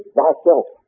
thyself